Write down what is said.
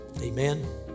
Amen